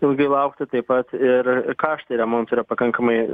ilgai laukti taip pat ir kaštai remonto yra pakankamai